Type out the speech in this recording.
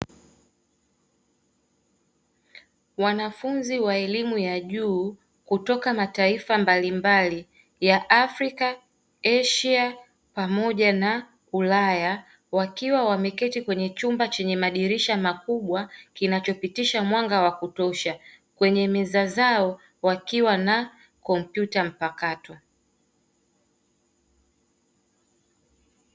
Wanafunzi wa elimu ya juu kutoka mataifa mbalimbali ya Afrika, Asia, pamoja na Ulaya, wakiwa wameketi kwenye chumba chenye madirisha makubwa kinachopitisha mwanga wa kutosha, kwenye meza zao wakiwa na kompyuta mpakato.